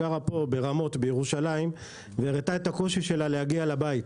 שגרה ברמות בירושלים וסיפרה לי על הקושי שלה להגיע הביתה.